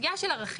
סוגיה של ערכים.